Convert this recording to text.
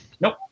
Nope